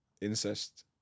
Incest